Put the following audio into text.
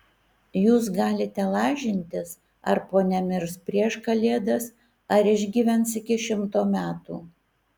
jūs galite lažintis ar ponia mirs prieš kalėdas ar išgyvens iki šimto metų